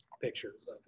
pictures